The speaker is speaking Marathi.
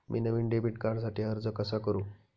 मी नवीन डेबिट कार्डसाठी अर्ज कसा करू?